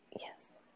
yes